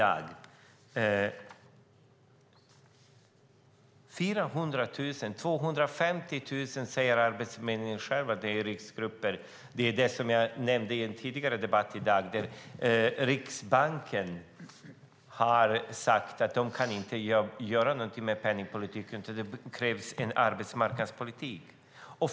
Av dessa 400 000 säger Arbetsförmedlingen själv att 250 000 är i riskgrupper. Jag nämnde i en tidigare debatt i dag att Riksbanken har sagt att den inte kan göra någonting med penningpolitiken. Det krävs en arbetsmarknadspolitik.